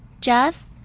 Jeff